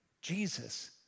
Jesus